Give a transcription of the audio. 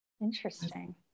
Interesting